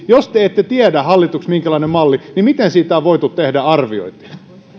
jos te hallituksessa ette tiedä minkälainen malli on niin miten siitä on voitu tehdä arviointeja